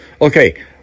Okay